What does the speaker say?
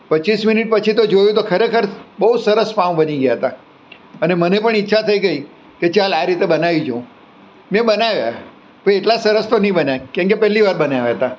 પચીસ મિનિટ પછી તો જોયું તો ખરેખર બહુ સરસ પાઉં બની ગયા હતા અને મને પણ ઈચ્છા થઈ ગઈ કે ચાલ આ રીતે બનાવી જોઉં મેં બનાવ્યા તો એટલા સરસ તો નહિ બન્યા કેમ કે પહેલી વાર બનાવ્યા હતા